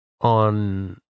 on